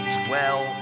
dwell